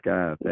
God